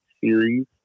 series